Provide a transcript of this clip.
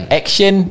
action